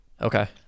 Okay